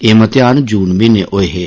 एह म्तेयान जून म्हीने होए हे